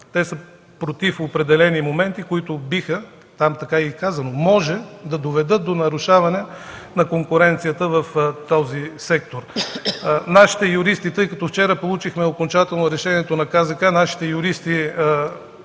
Те са против определени моменти, които биха – там така е и казано: „Може да доведат до нарушаване на конкуренцията в този сектор”. Тъй като вчера получихме окончателно решението на Комисията